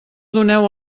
doneu